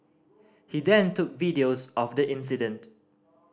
he then took videos of the incident